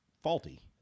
faulty